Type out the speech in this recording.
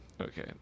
Okay